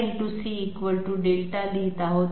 c δ लिहित आहोत